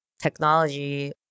technology